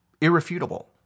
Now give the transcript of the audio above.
Irrefutable